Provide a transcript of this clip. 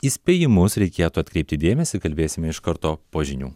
įspėjimus reikėtų atkreipti dėmesį kalbėsime iš karto po žinių